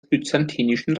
byzantinischen